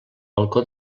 balcó